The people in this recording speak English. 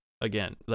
again